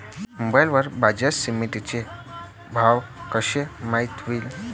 Mobile वर बाजारसमिती चे भाव कशे माईत होईन?